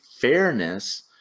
fairness